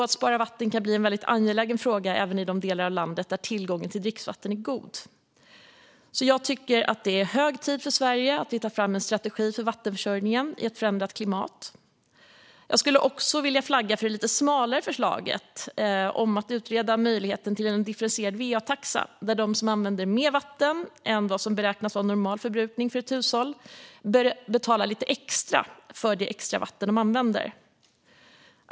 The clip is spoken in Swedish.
Att spara vatten kan bli en väldigt angelägen fråga även i de delar av landet där tillgången till dricksvatten är god. Jag tycker därför att det är hög tid för Sverige att vi tar fram en strategi för vattenförsörjningen i ett förändrat klimat. Jag skulle också vilja flagga för det lite smalare förslaget om att utreda möjligheten till en differentierad va-taxa där de som använder mer vatten än vad som beräknas vara normal förbrukning för ett hushåll ska betala lite extra för det extravatten de använder.